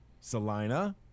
Salina